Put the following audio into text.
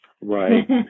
Right